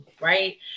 right